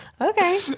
Okay